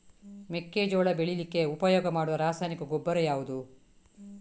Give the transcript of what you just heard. ಮೆಕ್ಕೆಜೋಳ ಬೆಳೀಲಿಕ್ಕೆ ಉಪಯೋಗ ಮಾಡುವ ರಾಸಾಯನಿಕ ಗೊಬ್ಬರ ಯಾವುದು?